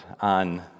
on